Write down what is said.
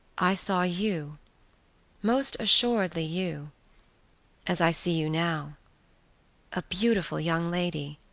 i saw you most assuredly you as i see you now a beautiful young lady,